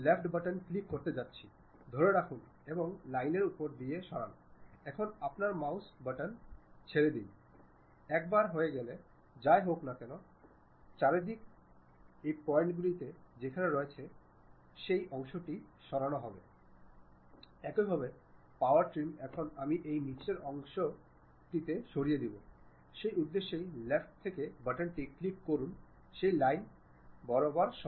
2D sketch করে আমরা যা এঁকেছি কম্পিউটার পর্যায়ে আপনি একইরকম উপস্থাপনা পাবেন কারণ আগের দিনগুলিতে প্রায় 50 60 বছর আগে লোকেরা তাদের দক্ষতা ড্রয়িং উত্পাদন ড্রয়িংয়ের ক্ষেত্রে ব্যবহার করতো 2D আঁকার মাধ্যমে তবে আজকাল এই 3D সফ্টওয়্যারটি আমাদের চিত্রটি কল্পনা করতে এটি নকশা করতে সহায়তা করে